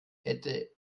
hätte